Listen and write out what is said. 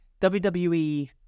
WWE